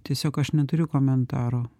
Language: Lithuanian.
tiesiog aš neturiu komentaro